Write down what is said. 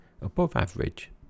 above-average